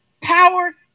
power